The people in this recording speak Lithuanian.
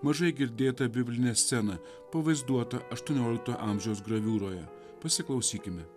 mažai girdėtą biblinę sceną pavaizduotą aštuoniolikto amžiaus graviūroje pasiklausykime